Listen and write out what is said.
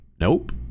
nope